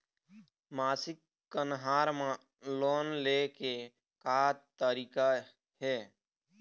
मासिक कन्हार म लोन ले के का तरीका हे?